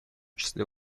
числе